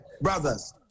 brothers